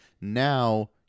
now